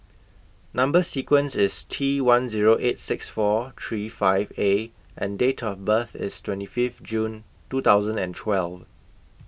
Number sequence IS T one Zero eight six four three five A and Date of birth IS twenty five June two thousand and twelve